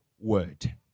word